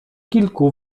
kilku